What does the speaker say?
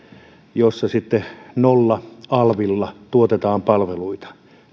jossa sitten nolla alvilla tuotetaan palveluita